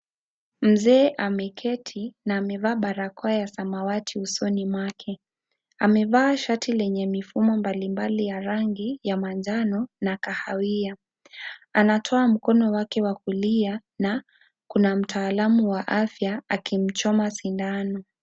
Mzee ameketi na amevaa barakoa ya samawati usoni mwake. Amevaa shati lenye mifumo mbalimbali ya rangi ya manjano na kahawia ,anatoa mkono wake wa kulia na kuna mtaalamu wa afya akimchoma sindano.